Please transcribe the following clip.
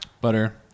Butter